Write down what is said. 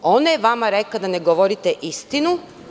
Ona je vama rekla da ne govorite istinu.